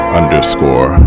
underscore